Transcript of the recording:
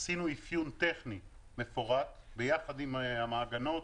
עשינו אפיון טכני מפורט ביחד עם המעגנות,